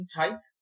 type